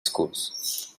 schools